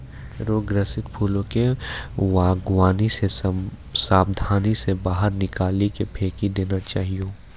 रोग ग्रसित फूलो के वागवानी से साबधानी से बाहर निकाली के फेकी देना चाहियो